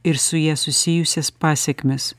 ir su ja susijusias pasekmes